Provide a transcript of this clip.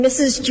Mrs